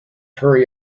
hurry